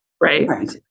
Right